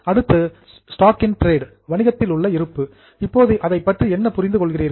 அடுத்து stock in trade வணிகத்தில் உள்ள இருப்பு இப்போது அதைப்பற்றி என்ன புரிந்து கொள்கிறீர்கள்